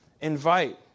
Invite